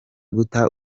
guta